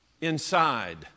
inside